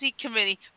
Committee